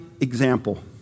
example